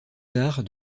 tard